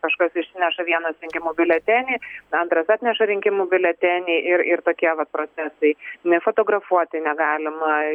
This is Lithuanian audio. kažkas išsineša vienas rinkimų biuletenį antras atneša rinkimų biuletenį ir ir tokie vat procesai nefotografuoti negalima